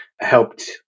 helped